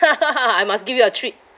I must give you a treat